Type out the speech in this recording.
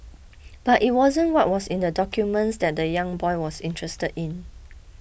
but it wasn't what was in the documents that the young boy was interested in